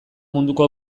munduko